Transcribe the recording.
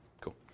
Cool